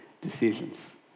decisions